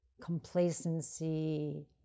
complacency